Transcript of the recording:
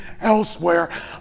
elsewhere